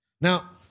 Now